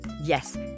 Yes